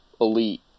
elite